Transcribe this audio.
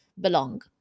belong